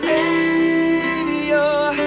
Savior